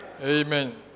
Amen